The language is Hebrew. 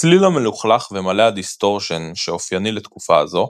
הצליל המלוכלך ומלא הדיסטורשין שאופייני לתקופה הזאת,